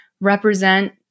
represent